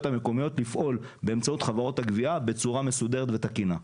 המקומיות לפעול באמצעות חברות הגבייה בצורה מסודרת ותקינה.